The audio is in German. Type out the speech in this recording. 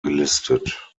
gelistet